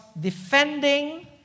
defending